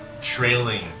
trailing